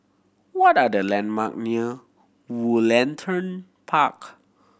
what are the landmark near Woollerton Park